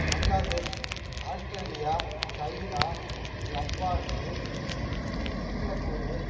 Bangladesh Australia China Japan Singapore